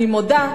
אני מודה,